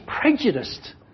prejudiced